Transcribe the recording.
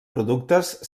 productes